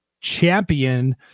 champion